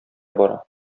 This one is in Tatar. бара